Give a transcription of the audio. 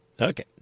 Okay